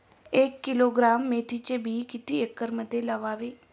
एक किलोग्रॅम मेथीचे बी किती एकरमध्ये लावावे?